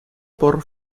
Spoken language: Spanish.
por